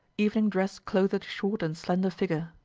evening dress clothed a short and slender figure.